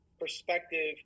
perspective